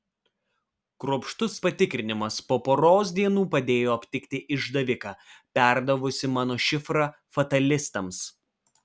kruopštus patikrinimas po poros dienų padėjo aptikti išdaviką perdavusi mano šifrą fatalistams